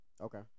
Okay